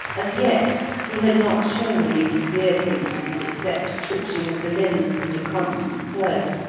as yet he had not shown any severe symptoms except twitching of the limbs, and a constant thirst,